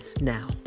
now